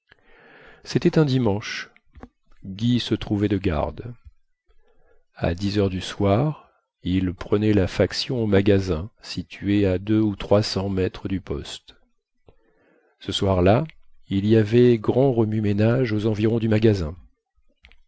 cétait un dimanche guy se trouvait de garde à dix heures du soir il prenait la faction au magasin situé à deux ou trois cents mètres du poste ce soir-là il y avait grand remue-ménage aux environs du magasin